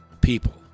people